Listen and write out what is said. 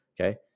okay